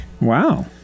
Wow